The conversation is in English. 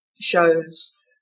shows